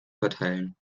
verteilen